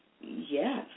Yes